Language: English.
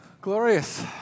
Glorious